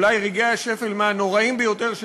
אולי רגעי השפל מהנוראים ביותר של